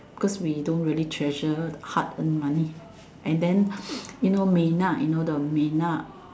because we don't really treasure hard earned money and then you know Mei-Na you know the Mei-Na